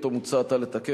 שאותו מוצע עתה לתקן,